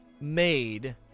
made